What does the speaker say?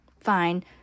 fine